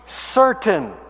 certain